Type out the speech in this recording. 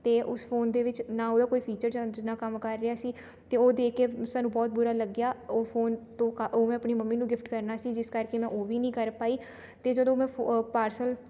ਅਤੇ ਉਸ ਫੋਨ ਦੇ ਵਿੱਚ ਨਾ ਉਹਦਾ ਕੋਈ ਫੀਚਰ ਚੱਜ ਨਾਲ਼ ਕੰਮ ਕਰ ਰਿਹਾ ਸੀ ਅਤੇ ਉਹ ਦੇਖ ਕੇ ਸਾਨੂੰ ਬਹੁਤ ਬੁਰਾ ਲੱਗਿਆ ਉਹ ਫੋਨ ਤੋਂ ਕ ਉਹ ਮੈਂ ਆਪਣੀ ਮੰਮੀ ਨੂੰ ਗਿਫਟ ਕਰਨਾ ਸੀ ਜਿਸ ਕਰ ਕੇ ਮੈਂ ਉਹ ਵੀ ਨਹੀਂ ਕਰ ਪਾਈ ਅਤੇ ਜਦੋਂ ਮੈਂ ਫੋ ਅ ਪਾਰਸਲ